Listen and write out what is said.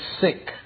sick